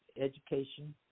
education